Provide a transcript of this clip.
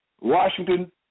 Washington